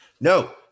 no